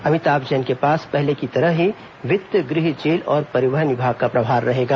अमिताभ जैन के पास पहले की तरह ही वित्त गृह जेल और परिवहन विभाग का प्रभार रहेगा